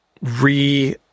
re-